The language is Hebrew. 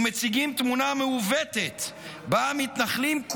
ומציגים תמונה מעוותת שבה המתנחלים,